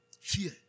Fear